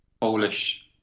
Polish